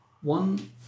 One